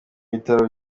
bitaro